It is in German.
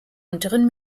unteren